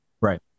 right